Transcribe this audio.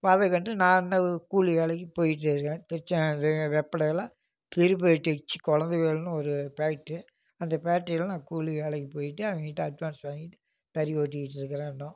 இப்போ அதை கண்டு நான் இன்னும் கூலி வேலைக்கு போய்ட்டு இருக்கேன் திருச்செங்கோடு வெப்படையில் கொழந்தைவேல்னு ஒரு ஃபேக்டரி அந்த ஃபேக்டரியில் நான் கூலி வேலைக்கு போய்ட்டு அவங்கக் கிட்டே அட்வான்ஸ் வாங்கிகிட்டு தறி ஓட்டிக்கிட்டு இருக்கிறேன் இன்னும்